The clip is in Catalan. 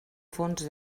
fons